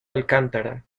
alcántara